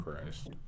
Christ